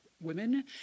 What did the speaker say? women